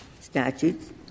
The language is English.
statutes